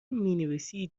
مینویسید